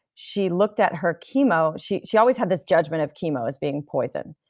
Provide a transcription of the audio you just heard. she looked at her chemo. she she always had this judgment of chemo as being poison,